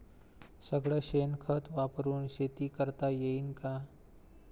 सगळं शेन खत वापरुन शेती करता येईन का?